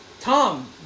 Tom